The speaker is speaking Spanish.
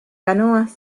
canoas